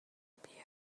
بیای